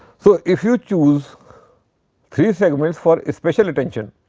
so, if you choose three segments for special attention